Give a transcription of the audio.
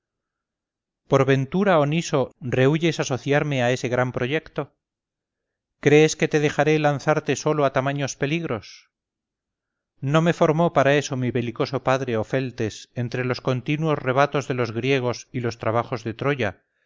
por ventura oh niso rehuyes asociarme a ese gran proyecto crees que te dejaré lanzarte solo a tamaños peligros no me formó para eso mi belicoso padre ofeltes entre los continuos rebatos de los griegos y los trabajos de troya